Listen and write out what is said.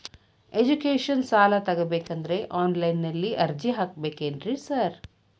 Education ಸಾಲ ತಗಬೇಕಂದ್ರೆ online ನಲ್ಲಿ ಅರ್ಜಿ ಹಾಕ್ಬೇಕೇನ್ರಿ ಸಾರ್?